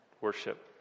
worship